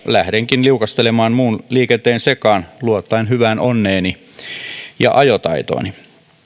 lähdenkin liukastelemaan muun liikenteen sekaan luottaen hyvään onneeni ja ajotaitooni